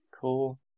Cool